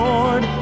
Lord